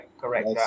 correct